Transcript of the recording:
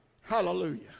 Hallelujah